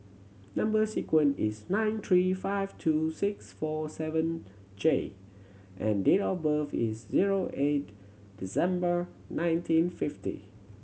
number sequence is nine three five two six four seven J and date of birth is zero eight December nineteen fifty